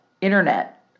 internet